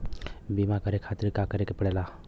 बीमा करे खातिर का करे के पड़ेला?